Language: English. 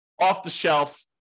off-the-shelf